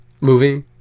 movie